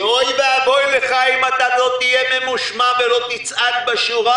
ואוי ואבוי לך אם לא תהיה ממושמע ולא תצעד בשורה,